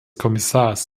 kommissars